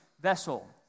vessel